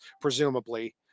presumably